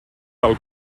del